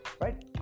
Right